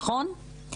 נכון?